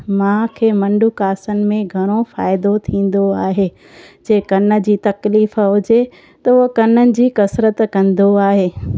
मूंखे मंडूकासन में घणो फ़ाइदो थींदो आहे जे कनि जी तकलीफ़ हुजे त उहो कननि जी कसरत कंदो आहे